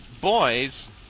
boys